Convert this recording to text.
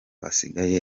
asigaye